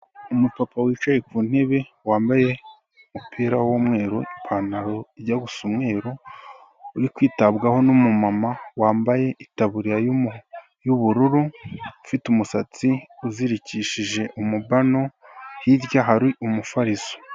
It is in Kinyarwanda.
Umupapa wicaye ku ntebe, wambaye umupira w'umweru, ipantaro ijya gusa umweru, uri kwitabwaho n'umumama wambaye itaburiya y'ubururu, ufite umusatsi uzirikishije umubano, hirya hari umufariso.